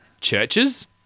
Churches